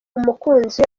umukunzi